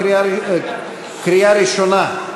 קריאה ראשונה,